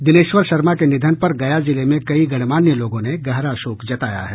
दिनेश्वर शर्मा के निधन पर गया जिले में कई गणमान्य लोगों ने गहरा शोक जताया है